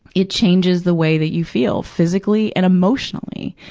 it changes the way that you feel, physically and emotionally.